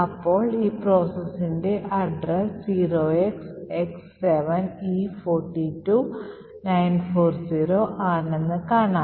അപ്പോൾ ഈ processൻറെ address 0XX7E42940 ആണ് എന്ന് കാണാം